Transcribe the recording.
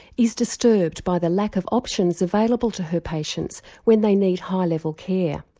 is disturbed by the lack of options available to her patients when they need high level care.